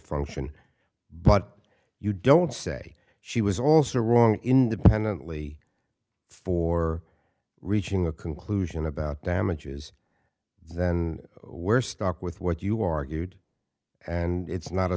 function but you don't say she was also wrong independently for reaching a conclusion about damages then we're stuck with what you argued and it's not a